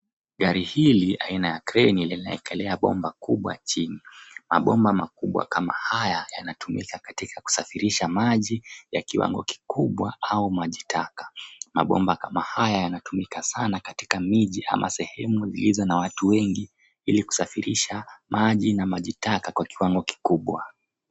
Gari hili aina ya kreni linaekelea bomba kubwa chini. Mabomba makubwa kama haya yanatumika katika kusafirisha maji ya kiwango kikubwa au maji taka. Mabomba kama haya yanatumika sana katika miji ama sehemu zilizo na watu wengi ili kusafirisha maji na majitaka kwa kiwango kikubwa.